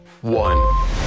one